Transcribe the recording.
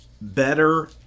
better